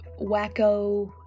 wacko